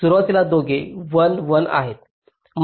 सुरुवातीला दोघे 1 1